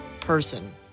person